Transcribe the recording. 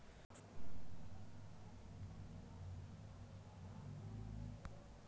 मसूर की खेती कौन मिट्टी में अधीक होबो हाय?